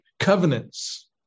Covenants